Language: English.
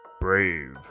Brave